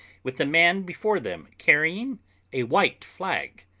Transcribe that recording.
with a man before them carrying a white flag.